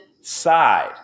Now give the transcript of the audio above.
side